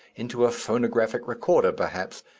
into a phonographic recorder perhaps,